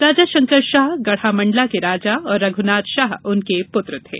राजा शंकरशाह गढ़ामंडला के राजा और रघुनाथ शाह उनके पुत्र थे